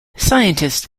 scientists